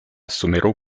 somero